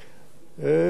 ועדת-שני.